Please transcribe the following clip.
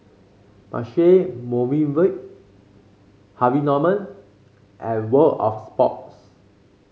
Marche Movenpick Harvey Norman and World Of Sports